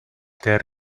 there